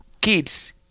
kids